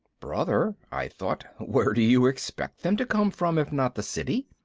brother, i thought, where do you expect them to come from if not the city?